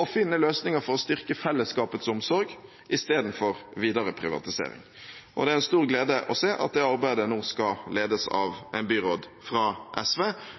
å finne løsninger for å styrke fellesskapets omsorg i stedet for videre privatisering. Det er en stor glede å se at det arbeidet nå skal ledes av en byråd fra SV,